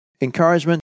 encouragement